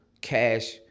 cash